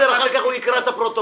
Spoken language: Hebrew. בסדר, אחר כך הוא יקרא את הפרוטוקול.